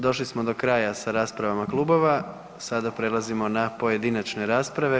Došli smo do kraja sa raspravama klubova, sada prelazimo na pojedinačne rasprave.